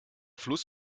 fluss